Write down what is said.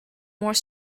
more